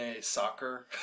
soccer